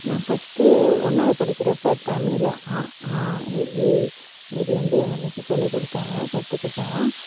நான் ஃபர்ஸ்ட்டு ஒன்றாவது படிக்கிறப்போ தமிழ் அ ஆ இ ஈ இப்படி வந்து எங்கள் மிஸ்ஸு சொல்லி கொடுத்தாங்க கற்றுகிட்டோம்